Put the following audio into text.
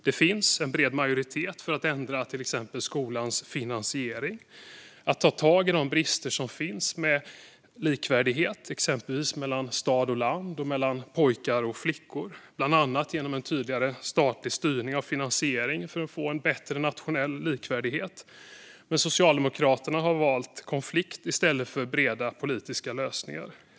Det finns en bred majoritet för att ändra till exempel skolans finansiering och för att ta tag i de brister i likvärdighet som finns exempelvis mellan stad och land och mellan pojkar och flickor, bland annat genom en tydligare statlig styrning av finansieringen för att få en bättre nationell likvärdighet. Men Socialdemokraterna har valt konflikt i stället för breda politiska lösningar.